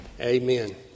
Amen